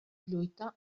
lluita